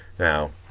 now,